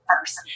first